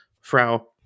Frau